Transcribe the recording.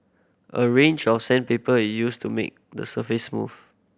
a range of sandpaper is used to make the surface smooth